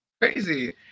crazy